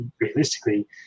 realistically